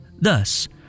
Thus